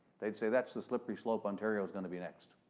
they'd say, that's the slippery slope, ontario's going to be next.